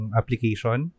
application